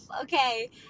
Okay